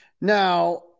now